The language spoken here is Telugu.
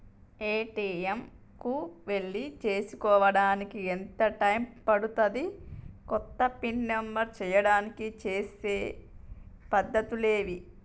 ఏ.టి.ఎమ్ కు వెళ్లి చేసుకోవడానికి ఎంత టైం పడుతది? కొత్తగా పిన్ నంబర్ చేయడానికి చేసే పద్ధతులు ఏవి?